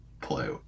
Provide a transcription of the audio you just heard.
play